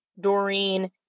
Doreen